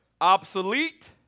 obsolete